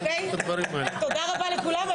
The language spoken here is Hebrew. תודה רבה לכולם.